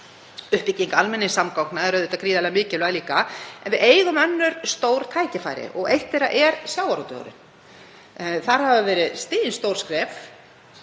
Uppbygging almenningssamgangna er auðvitað gríðarlega mikilvæg líka. En við eigum önnur stór tækifæri og eitt þeirra er sjávarútvegurinn. Þar hafa verið stigin stór skref